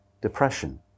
depression